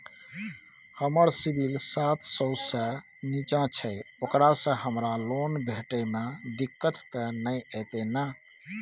हमर सिबिल सात सौ से निचा छै ओकरा से हमरा लोन भेटय में दिक्कत त नय अयतै ने?